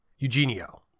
Eugenio